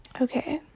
Okay